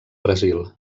brasil